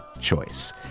choice